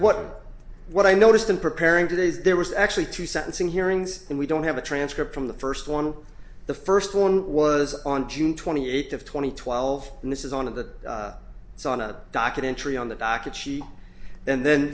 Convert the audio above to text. but what i noticed in preparing today is there was actually two sentencing hearings and we don't have a transcript from the first one the first one was on june twenty eighth of two thousand and twelve and this is one of the it's on a documentary on the docket she and then